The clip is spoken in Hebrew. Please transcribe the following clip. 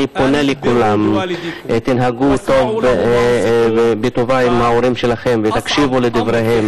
אני פונה אל כולם: תנהגו בטובה עם ההורים שלכם ותקשיבו לדבריהם,